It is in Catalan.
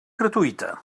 gratuïta